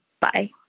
Bye